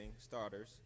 starters